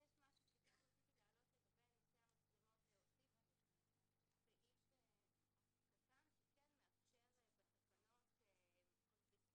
רציתי להוסיף סעיף קטן לגבי המצלמות שמאפשר בתקנות בסט